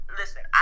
listen